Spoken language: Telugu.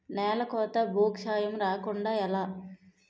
నేలకోత భూక్షయం రాకుండ ఎలా?